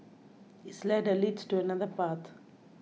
this ladder leads to another path